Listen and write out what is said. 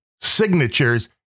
signatures